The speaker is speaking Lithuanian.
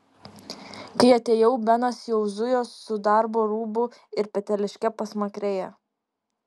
kai atėjau benas jau zujo su darbo rūbu ir peteliške pasmakrėje